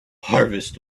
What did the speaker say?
harvest